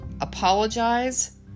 apologize